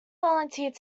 volunteered